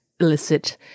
illicit